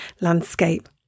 landscape